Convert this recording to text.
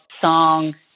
song